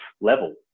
level